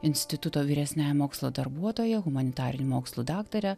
instituto vyresniąja mokslo darbuotoja humanitarinių mokslų daktare